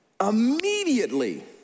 immediately